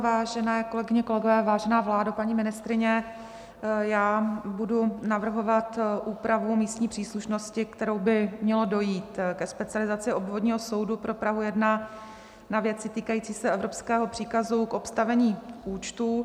Vážené kolegyně, kolegové, vážená vládo, paní ministryně, já budu navrhovat úpravu místní příslušnosti, kterou by mělo dojít ke specializaci Obvodního soudu pro Prahu 1 na věci týkající evropského příkazu k obstavení účtů.